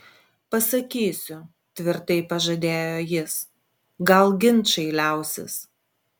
pasakysiu tvirtai pažadėjo jis gal ginčai liausis